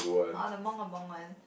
oh the one